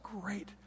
great